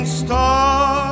star